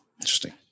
interesting